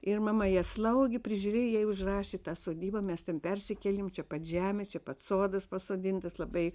ir mama ją slaugė prižiūrejo jai užrašė tą sodybą mes ten persikėlėm čia pat žemė čia pat sodas pasodintas labai